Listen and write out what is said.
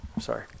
Sorry